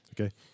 Okay